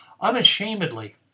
unashamedly